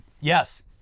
Yes